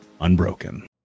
unbroken